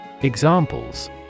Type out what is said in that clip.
Examples